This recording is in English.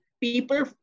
people